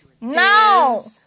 No